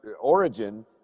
origin